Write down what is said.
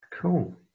Cool